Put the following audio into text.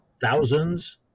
Thousands